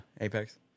Apex